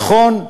נכון,